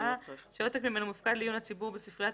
שעותק ממנו מופקד לעיון הציבור בספריית